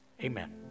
Amen